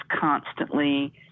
constantly